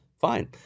fine